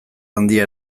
handia